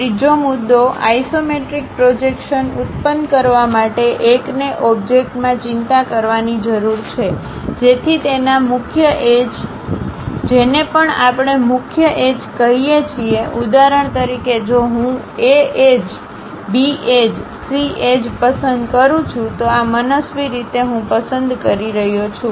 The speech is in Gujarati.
ત્રીજો મુદ્દો આઇસોમેટ્રિક પ્રોજેક્શન ઉત્પન્ન કરવા માટે એકને ઓબ્જેક્ટમાં ચિંતા કરવાની જરૂર છે જેથી તેના મુખ્ય એજ જેને પણ આપણે મુખ્ય એજકહીએ છીએ ઉદાહરણ તરીકે જો હું A એજ B એજC એજપસંદ કરું છું તો આ મનસ્વી રીતે હું પસંદ કરી રહ્યો છું